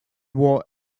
wore